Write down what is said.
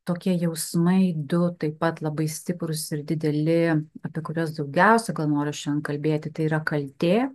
tokie jausmai du taip pat labai stiprūs ir dideli apie kuriuos daugiausia gal noriu šiandien kalbėti tai yra kaltė